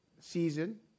season